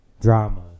drama